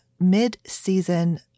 mid-season